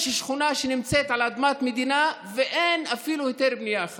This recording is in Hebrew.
יש שכונה שנמצאת על אדמת מדינה ואין אפילו היתר בנייה אחד.